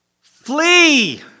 flee